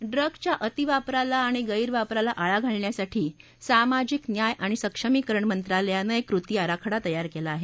drugs च्या अतीवापराला आणि गैरवापराला आळा घालण्यासाठी सामाजिक न्याय आणि सक्षमीकरण मंत्रालयानं एक कृती आराखडा तयार केला आहे